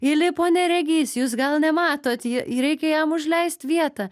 įlipo neregys jūs gal nematot ji jį reikia jam užleist vietą